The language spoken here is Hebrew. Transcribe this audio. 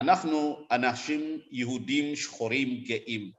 אנחנו אנשים יהודים שחורים גאים.